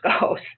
goes